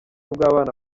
bw’abana